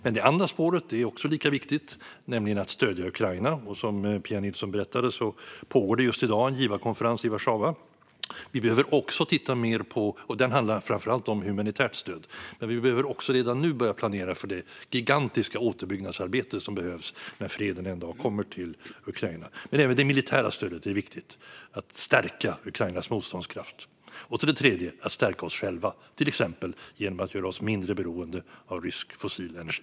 Det andra spåret är lika viktigt, nämligen att stödja Ukraina. Som Pia Nilsson berättade pågår det just i dag en givarkonferens i Warszawa. Den handlar framför allt om humanitärt stöd, men vi behöver också redan nu börja planera för det gigantiska återuppbyggnadsarbete som kommer att behövas när freden en dag kommer till Ukraina. Även det militära stödet är viktigt, det vill säga att stärka Ukrainas motståndskraft. Det tredje spåret är att stärka oss själva, till exempel genom att göra oss mindre beroende av rysk fossil energi.